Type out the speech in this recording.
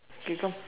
k come